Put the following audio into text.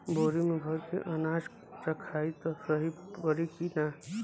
बोरी में भर के अनाज रखायी त सही परी की ना?